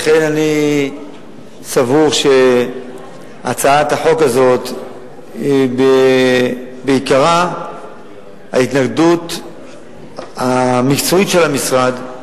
לכן אני סבור שהצעת החוק הזאת בעיקרה ההתנגדות המקצועית של המשרד,